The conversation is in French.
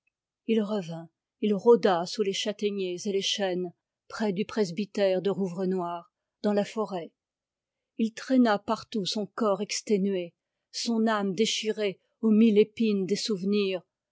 il revint il rôda sous les châtaigniers et les chênes près du presbytère de rouvrenoir dans la forêt il traîna partout son corps exténué son âme déchirée aux mille épines des souvenirs